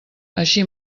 així